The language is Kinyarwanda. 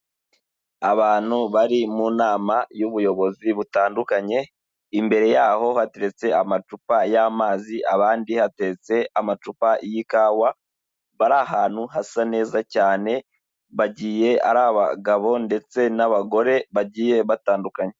Abantu bari mu nama y'ubuyobozi butandukanye, imbere yaho hateretse amacupa y'amazi abandi hateretse amacupa y'ikawa, bari ahantu hasa neza cyane bagiye ari abagabo ndetse n'abagore bagiye batandukanye.